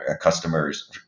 customers